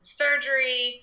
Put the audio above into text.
surgery